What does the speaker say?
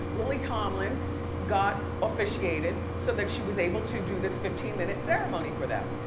lily tomlin got officiated so that she was able to do this fifteen minute ceremony for them.